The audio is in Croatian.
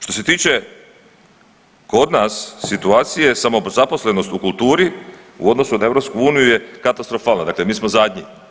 Što se tiče kod nas situacije, samozaposlenost u kulturi u odnosu na EU je katastrofalna, dakle mi smo zadnji.